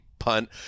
punt